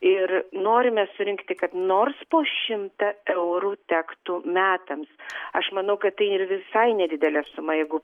ir norime surinkti kad nors po šimtą eurų tektų metams aš manau kad tai yra visai nedidelė suma jeigu